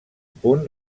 punt